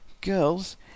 girls